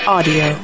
Audio